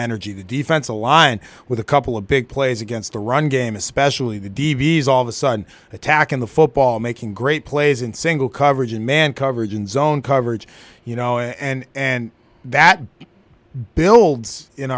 energy the defense aligned with a couple of big plays against the run game especially the d v s all the sun attacking the football making great plays in single coverage and man coverage and zone coverage you know and that builds in